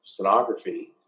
sonography